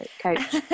coach